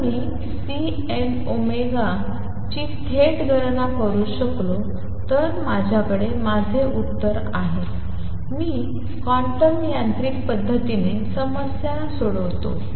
जर मी Cn ची थेट गणना करू शकलो तर माझ्याकडे माझे उत्तर आहे मी क्वांटम यांत्रिक पद्धतीने समस्या सोडवते